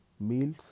meals